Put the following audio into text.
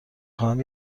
خواهم